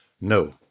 no